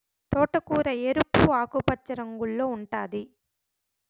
తోటకూర ఎరుపు, ఆకుపచ్చ రంగుల్లో ఉంటాది